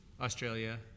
Australia